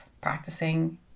practicing